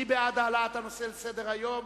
מי בעד העלאת הנושא לסדר-היום?